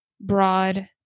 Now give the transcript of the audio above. broad